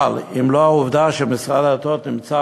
אבל אם לא העובדה שמשרד הדתות נמצא